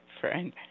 friend